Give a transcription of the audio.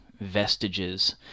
vestiges